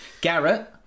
Garrett